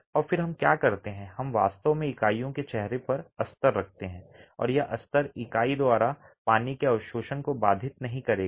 और फिर हम क्या करते हैं कि हम वास्तव में इकाइयों के चेहरे पर अस्तर रखते हैं और यह अस्तर इकाई द्वारा पानी के अवशोषण को बाधित नहीं करेगा